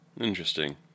Interesting